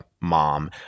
mom